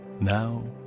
Now